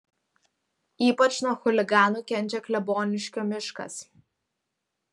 ypač nuo chuliganų kenčia kleboniškio miškas